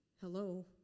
Hello